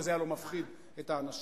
וזה הלוא מפחיד את האנשים.